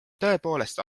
tõepoolest